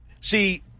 see